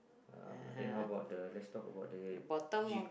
uh then how about the let's talk about the jeep